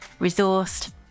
resourced